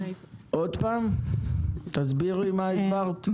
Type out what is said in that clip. עוד פעם, תסבירי מה הסברת.